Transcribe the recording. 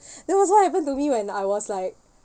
that was what happened to me when I was like